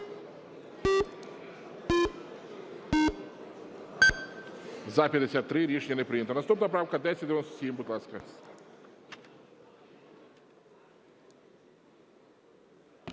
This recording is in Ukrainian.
За-53 Рішення не прийнято. Наступна правка 1097. Будь ласка.